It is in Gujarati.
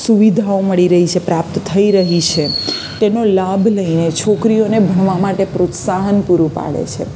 સુવિધાઓ મળી રહી છે પ્રાપ્ત થઈ રહી છે તેનો લાભ લઈને છોકરીઓને ભણવા માટે પ્રોત્સાહન પૂરૂં પાડે છે